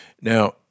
Now